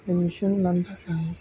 admission लानो थाखाय